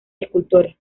escultores